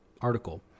article